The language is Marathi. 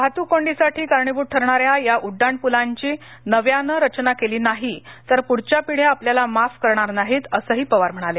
वाहतूक कोंडीसाठी कारणीभूत ठरणा या या उड्डाणपुलांची नव्यानं रचना केली नाही तर पुढच्या पिढ्या आपल्याला माफ करणार नाहीत असंही पवार म्हणाले